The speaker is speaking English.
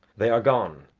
they are gone,